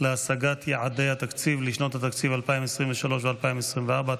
להשגת יעדי התקציב לשנות התקציב 2023 ו-2024),